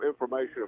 information